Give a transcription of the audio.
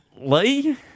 Lee